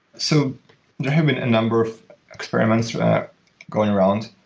so there have been a number of experiments going around.